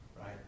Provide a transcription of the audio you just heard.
right